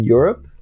Europe